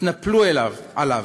התנפלו עליו,